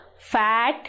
fat